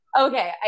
Okay